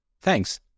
Thanks